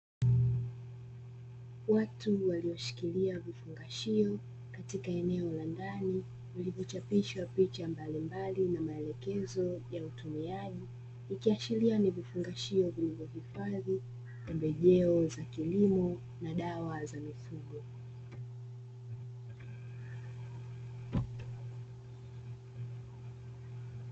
Watu walioshikilia vifungashio katika eneo la ndani vilivyochapishwa picha mbalimbali na maelekezo ya utumiaji, ikiashiria ni vifungashio vilivyohifadhi pembejeo za kilimo na dawa za mifugo.